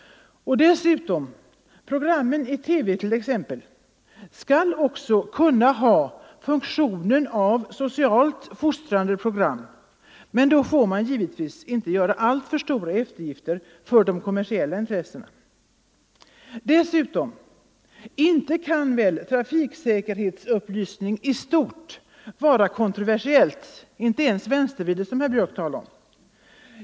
Dessutom skall t.ex. programmen i TV också kunna ha funktionen av socialt fostrande program. Men då får man givetvis inte göra alltför stora eftergifter för de kommersiella intressena. Inte kan väl trafiksäkerhetsupplysning i stort vara kontroversiell — inte ens vänstervriden, som herr Björck i Nässjö talade om.